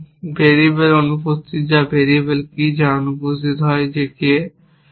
variable অনুপস্থিত যা variable কি যা অনুপস্থিত হয় যে হয়